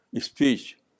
speech